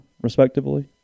respectively